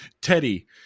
Teddy